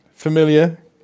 Familiar